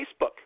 Facebook